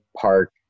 park